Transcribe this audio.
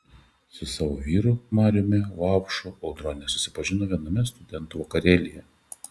su savo vyru mariumi vaupšu audronė susipažino viename studentų vakarėlyje